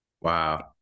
Wow